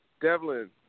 Devlin